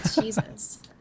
Jesus